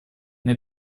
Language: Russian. мне